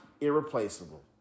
irreplaceable